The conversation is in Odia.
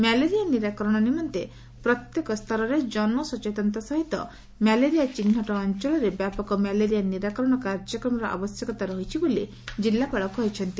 ମ୍ୟାଲେରିଆ ନିରାକରଣ ନିମନ୍ତେ ପ୍ରତ୍ୟେକ ସ୍ତରରେ ଜନସଚେତନତା ସହିତ ମ୍ୟାଲେରିଆ ଚିହ୍ବଟ ଅଞ୍ଚଳରେ ବ୍ୟାପକ ମ୍ୟାଲେରିଆ ନିରାକରଣ କାର୍ଯ୍ୟକ୍ରମର ଆବଶ୍ୟକତା ରହିଛି ବୋଲି ଜିଲ୍ଲାପାଳ କହିଛନ୍ତି